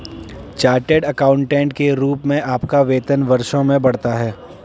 chartered accountant के रूप में आपका वेतन वर्षों में बढ़ता है